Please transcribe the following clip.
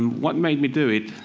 what made me do it?